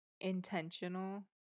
intentional